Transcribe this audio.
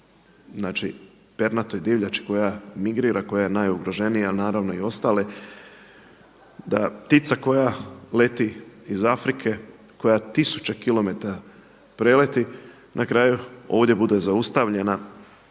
znači pernatoj divljači koja migrira, koja je najugroženija ali naravno i ostale, da ptica koja leti iz Afrike, koja tisuće kilometara preleti na kraju ovdje bude zaustavljena.